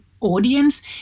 audience